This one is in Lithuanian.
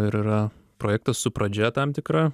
ir yra projektas su pradžia tam tikra